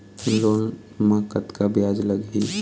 Loan म कतका ब्याज लगही?